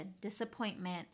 disappointment